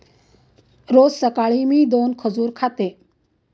रोज सकाळी मी दोन खजूर खाते